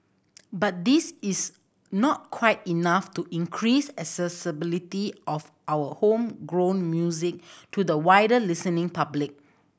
but this is not quite enough to increase accessibility of our homegrown music to the wider listening public